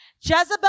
Jezebel